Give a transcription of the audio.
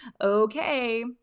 okay